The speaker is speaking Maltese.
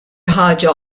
ħaġa